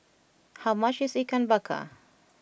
how much is Ikan Bakar